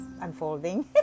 unfolding